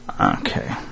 Okay